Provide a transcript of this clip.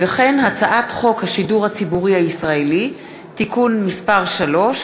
הצעת חוק השידור הציבורי הישראלי (תיקון מס' 3),